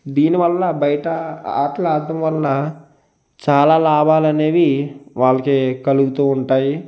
దీని వల్ల బయట ఆటలు ఆడడం వల్ల చాలా లాభాలు అనేవి వాళ్ళకి కలుగుతు ఉంటాయి